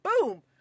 Boom